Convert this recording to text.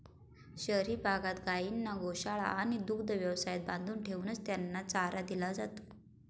शहरी भागात गायींना गोशाळा आणि दुग्ध व्यवसायात बांधून ठेवूनच त्यांना चारा दिला जातो